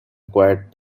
quite